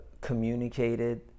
communicated